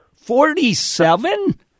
Forty-seven